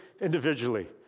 individually